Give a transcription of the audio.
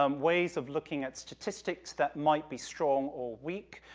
um ways of looking at statistics that might be strong or weak,